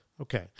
Okay